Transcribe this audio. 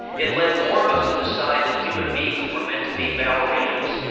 it led more of us to decide that human beings were meant to be ballerinas,